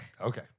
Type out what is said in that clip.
Okay